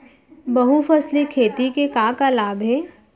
बहुफसली खेती के का का लाभ हे?